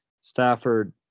Stafford